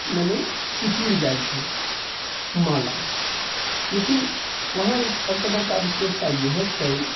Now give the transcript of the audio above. मने सिकुड़ि जाइ छै माला लेकिन वहाँ एक सबसँ बड़का विशेषता ईहो छै